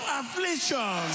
affliction